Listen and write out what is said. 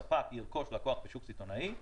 כאשר ספק ירכוש לקוח בשוק סיטונאי,